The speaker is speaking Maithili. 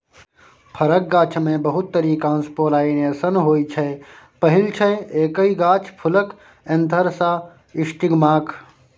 फरक गाछमे बहुत तरीकासँ पोलाइनेशन होइ छै पहिल छै एकहि गाछ फुलक एन्थर सँ स्टिगमाक